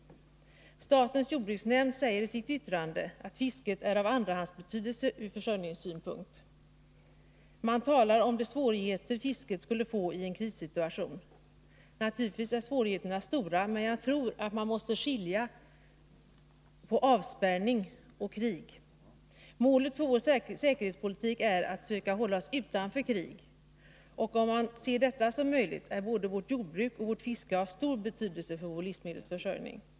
Statens jordbruksnämnd säger i sitt yttrande att fisket är av andrahandsbetydelse ur försörjningssynpunkt och talar om de svårigheter fisket skulle få i en krissituation. Naturligtvis är svårigheterna stora, men jag tror att man måste skilja på avspärrning och krig. Målet för vår säkerhetspolitik är att söka hålla oss utanför krig, och om man ser detta som möjligt är både vårt jordbruk och vårt fiske av stor betydelse för vår livsmedelsförsörjning.